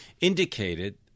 indicated